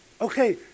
Okay